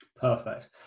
Perfect